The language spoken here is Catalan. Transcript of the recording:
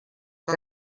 que